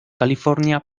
california